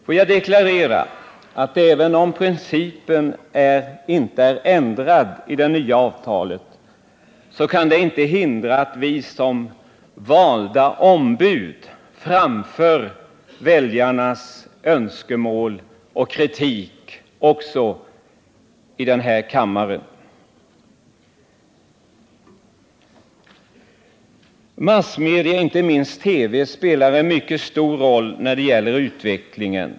Jag vill deklarera att, även om principen inte har ändrats i det nya avtalet, kan detta inte hindra att vi som valda ombud framför väljarnas önskemål och kritik också i denna kammare. Massmedierna, inte minst TV, spelar en mycket stor roll när det gäller utvecklingen.